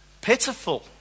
pitiful